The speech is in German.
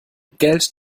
geld